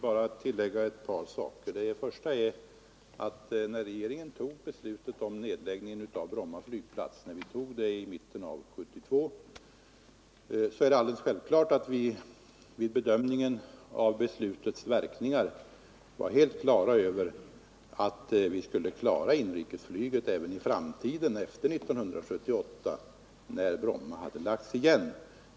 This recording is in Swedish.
Herr talman! Jag vill bara tillägga ett par saker. När regeringen i mitten av 1972 bedömde verkningarna av ett beslut om nedläggning av Bromma flygplats och sedan också fattade ett sådant beslut var den självfallet helt på det klara med att vi skulle klara inrikesflyget även efter 1978, när Bromma hade lagts ned.